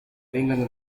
vengono